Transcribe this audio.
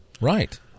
Right